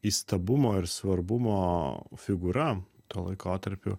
įstabumo ir svarbumo figūra tuo laikotarpiu